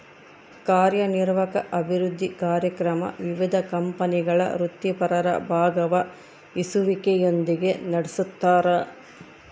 ಕಾರ್ಯನಿರ್ವಾಹಕ ಅಭಿವೃದ್ಧಿ ಕಾರ್ಯಕ್ರಮ ವಿವಿಧ ಕಂಪನಿಗಳ ವೃತ್ತಿಪರರ ಭಾಗವಹಿಸುವಿಕೆಯೊಂದಿಗೆ ನಡೆಸ್ತಾರ